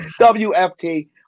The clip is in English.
WFT